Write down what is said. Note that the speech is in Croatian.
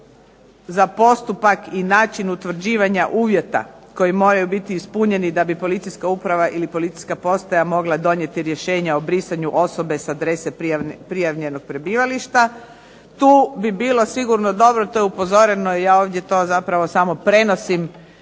za postupak i način utvrđivanja uvjeta koji moraju biti ispunjeni da bi policijska uprava ili policijska postaja mogla donijeti rješenja o brisanju osobe sa adrese prijavljenog prebivalište. Tu bi bilo sigurno dobro, to je upozoreno i ja zapravo ovdje to samo prenosim